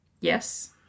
Yes